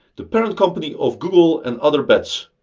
the parent company of google and other bets.